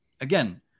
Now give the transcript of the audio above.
again